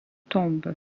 tombes